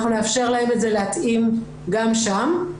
אנחנו נאפשר להם את זה להתאים גם שם,